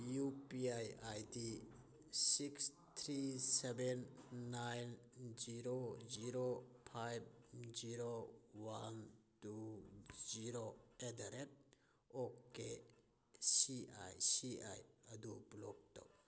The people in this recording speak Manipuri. U P I I D six three seven nine zero zero five zero one two zero eight at the ꯑꯣ O K C I C I block ꯇꯧ